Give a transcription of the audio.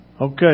Okay